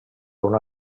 una